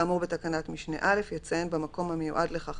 כאמור בתקנת משנה (א), יציין במקום המיועד לכך